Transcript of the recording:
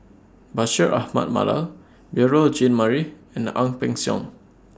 Bashir Ahmad Mallal Beurel Jean Marie and Ang Peng Siong